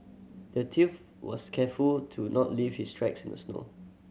the thief was careful to not leave his tracks in the snow